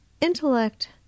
intellect